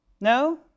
No